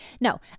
No